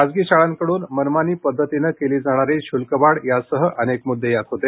खासगी शाळांकडून मनमानी पद्धतीने केली जाणारी शुल्कवाढ यासह अनेक मुद्दे यात होते